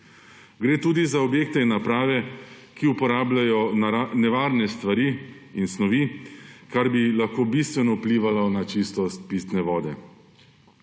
Gre tudi za objekte in naprave, ki uporabljajo nevarne snovi in stvari, kar bi lahko bistveno vplivalo na čistost pitne vode.